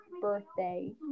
birthday